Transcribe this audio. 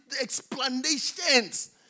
explanations